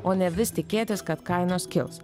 o ne vis tikėtis kad kainos kils